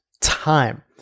time